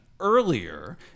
earlier